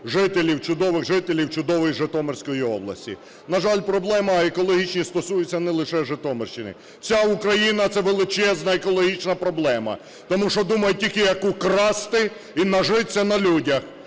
жителів, чудових жителів чудової Житомирської області. На жаль, проблеми екологічні стосуються не лише Житомирщини. Вся Україна – це величезна екологічна проблема, тому що думають тільки як украсти і нажитися на людях,